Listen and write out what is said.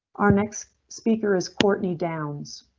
our next speaker is courtney downs.